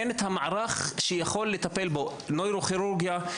אין את המערך שיכול לטפל בו נוירוכירורגיה,